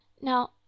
now